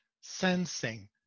sensing